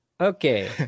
Okay